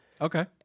Okay